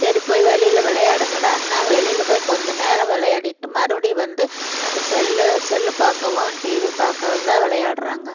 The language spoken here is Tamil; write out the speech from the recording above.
சரி போய் வெளியில் விளையாடுங்கடான்னா வெளியில் போய் கொஞ்சம் நேரம் விளையாடிட்டு மறுபடி வந்து அந்த செல்லு செல்லு பார்க்கவும் டிவி பார்க்கறது தான் விளையாடுறாங்க